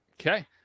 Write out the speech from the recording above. Okay